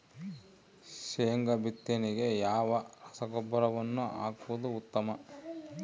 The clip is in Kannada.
ಶೇಂಗಾ ಬಿತ್ತನೆಗೆ ಯಾವ ರಸಗೊಬ್ಬರವನ್ನು ಹಾಕುವುದು ಉತ್ತಮ?